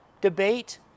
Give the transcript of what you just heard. debate